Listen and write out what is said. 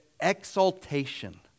exaltation